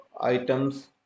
items